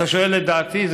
אתה שואל את דעתי?